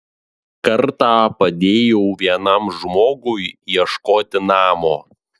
kartą padėjau vienam žmogui ieškoti namo